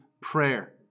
prayer